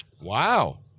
Wow